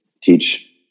teach